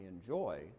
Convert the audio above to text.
enjoy